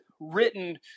written